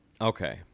Okay